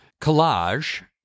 collage